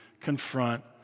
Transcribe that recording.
confront